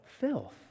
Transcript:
filth